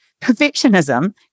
Perfectionism